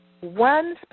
One